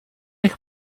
eich